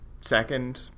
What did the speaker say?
second